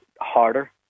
harder